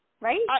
Right